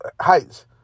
heights